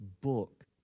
book